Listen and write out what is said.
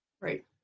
right